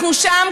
אנחנו שם,